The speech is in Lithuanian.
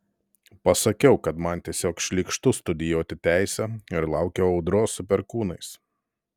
pasakiau kad man tiesiog šlykštu studijuoti teisę ir laukiau audros su perkūnais